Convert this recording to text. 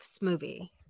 movie